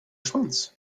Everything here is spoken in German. schwanz